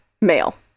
male